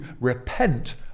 repent